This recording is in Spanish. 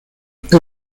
estos